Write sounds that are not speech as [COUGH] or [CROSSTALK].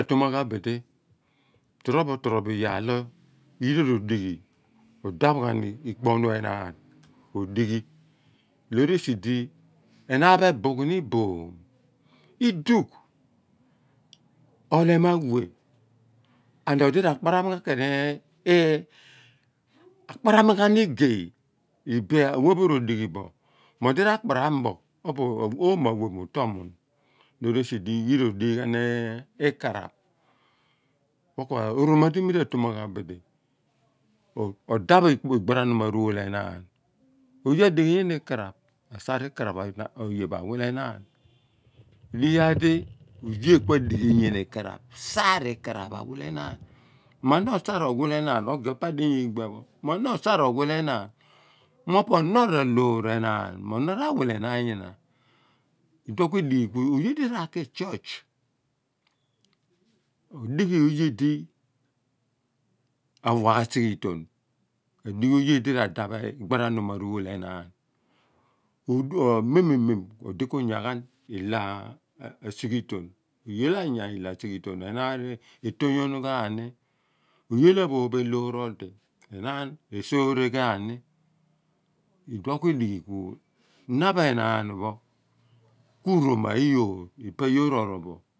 Atoma ghan bidi torobo toboro iyaar di yira rodighi mo odaph ghan ikpo ohnu enaan odighi mo odaph ghan ikpo ohnu enaan odighi mo odaph ghan ikpo ohnu enaan odighi loor esi di enaan pho ebughi iboom idugh olem awe and odi rakparam ghan ken [HESITATION] rakparam ghan igey ipe are pho rodighi bo mo odi ra/kparam bo oomo awe mutol mun wor esidi yira rodighi ghan ikaraph opo ku ohroma di mi ra toma ghan buli odaph igbaranam aruwol enaan oye adigh ina ikaraph asar ikaraph oye pho awilenaan edighi iyaar di oye ku adighi nyina ikaraph sar ikaraph pho awilen aan mo na olsar owilenaan oye pa adinya iigbia pho mo na olsa owuileanaan mo po ono aloor enaan mo ono r/awilenaan nyina iduon ku idighi ku oye di ra ki church oldighi oye di radaph igbaranom aruwol enaan [HESITATION] mem mem mem odi ku nya ghan ilo asighiton oye lo anya ilo asighiton oye lo anya ilo asighiton enaan pho retonyon gjan ni oye lo aphoophe loor odi enaan re sooreh ghan ni iduon ku idighi ku na pho enaan pho ku uroma iyoor ipe uroma iyoor ipe pho yoor orol bo